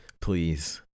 please